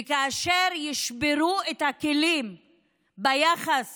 וכאשר ישברו את הכלים ביחס